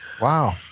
Wow